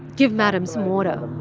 give madam some water.